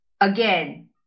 again